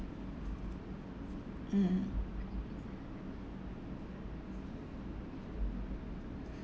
mm